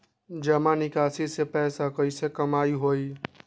जमा निकासी से पैसा कईसे कमाई होई?